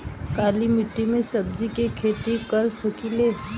काली मिट्टी में सब्जी के खेती कर सकिले?